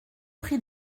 prit